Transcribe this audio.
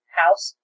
house